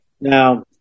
Now